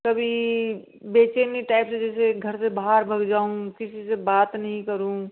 कभी बेचैनी टाइप से जैसे घर से बाहर भाग जाऊँ किसी से बात नहीं करूँ